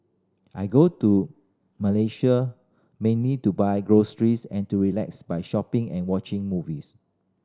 I go to Malaysia mainly to buy groceries and to relax by shopping and watching movies